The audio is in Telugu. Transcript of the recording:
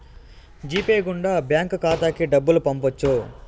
జీ పే గుండా బ్యాంక్ ఖాతాకి డబ్బులు పంపొచ్చు